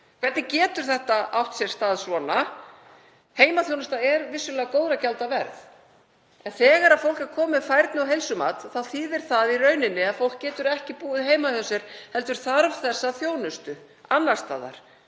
Hvernig getur þetta átt sér stað? Heimaþjónustan er vissulega góðra gjalda verð en þegar fólk er komið með færni- og heilsumat þýðir það í raun að fólk getur ekki búið heima hjá sér heldur þarf þessa þjónustu annars staðar,